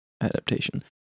adaptation